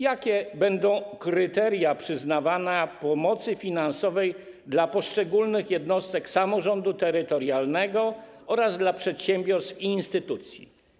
Jakie będą kryteria przyznawania pomocy finansowej dla poszczególnych jednostek samorządu terytorialnego oraz dla przedsiębiorstw i instytucji?